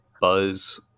buzz